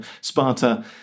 Sparta